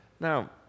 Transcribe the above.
Now